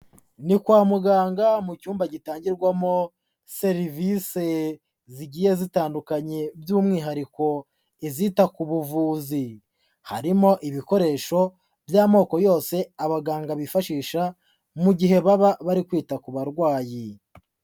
Ni kwa muganga mu cyumba gitangirwamo serivisi zigiye zitandukanye by'umwihariko izita ku buvuzi, harimo ibikoresho by'amoko yose abaganga bifashisha mu gihe baba bari kwita ku barwayi.